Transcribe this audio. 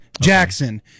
Jackson